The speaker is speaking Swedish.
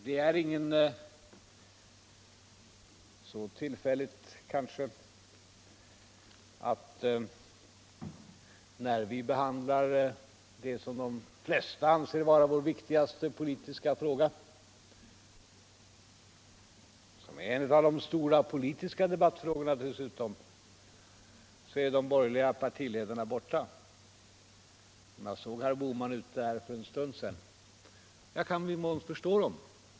Det är kanske ingen tillfällighet att när vi behandlar den som de flesta anser vara vår viktigaste politiska fråga — och dessutom är en av de största politiska debattfrågorna — så är de borgerliga partiledarna borta. — Jag såg herr Bohman ute här för en stund sedan, och jag kan i någon mån förstå dem.